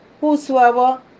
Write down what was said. whosoever